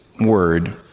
word